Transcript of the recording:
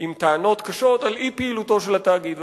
עם טענות קשות על אי-פעילותו של התאגיד.